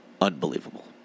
Unbelievable